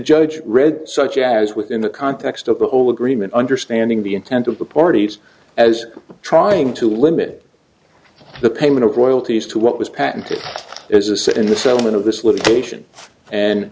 judge read such as within the context of the whole agreement understanding the intent of the parties as trying to limit the payment of royalties to what was patented is a sit in the settlement of this litigation and